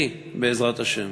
אני בעזרת השם